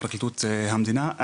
בפרקליטות המדינה.